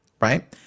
right